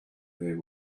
their